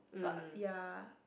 but ya